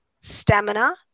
stamina